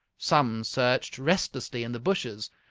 some searched restlessly in the bushes,